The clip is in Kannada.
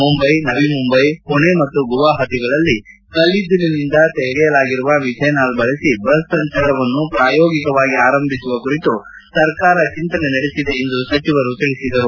ಮುಂಬೈ ನವಮುಂಬೈ ಪುಣೆ ಮತ್ತು ಗುವಾಹಟಿಗಳಲ್ಲಿ ಕಲ್ಲಿದ್ದಲಿನಿಂದ ತೆಗೆಯಲಾಗಿರುವ ಮಿಥೆನಾಲ್ ಬಳಸಿ ಬಸ್ ಸಂಚಾರವನ್ನು ಪ್ರಾಯೋಗಿಕವಾಗಿ ಆರಂಬಿಸುವ ಕುರಿತು ಸರ್ಕಾರ ಚಿಂತನೆ ನಡೆಸಿದೆ ಎಂದು ಸಚಿವರು ತಿಳಿಸಿದರು